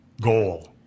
goal